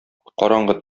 караңгы